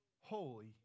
holy